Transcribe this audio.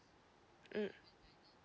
mm